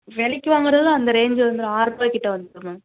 விலைக்கு வாங்குகிறதும் அந்த ரேஞ்சு தான் ஆறுரூபா கிட்ட வந்துடும் மேம்